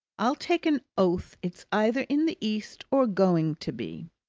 i'll take an oath it's either in the east or going to be.